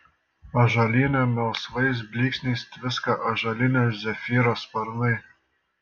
ąžuolyne melsvais blyksniais tviska ąžuolinio zefyro sparnai